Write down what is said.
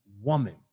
woman